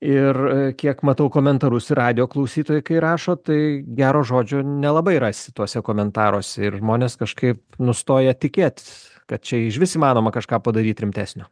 ir kiek matau komentarus ir radijo klausytojai kai rašo tai gero žodžio nelabai rasi tuose komentaruose ir žmonės kažkaip nustoja tikėti kad čia išvis įmanoma kažką padaryt rimtesnio